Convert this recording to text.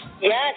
Yes